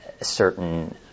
certain